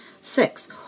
Six